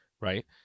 Right